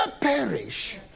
perish